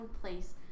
place